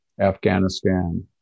Afghanistan